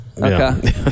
Okay